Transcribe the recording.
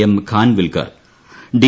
M Khanwilkar D